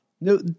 No